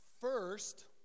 First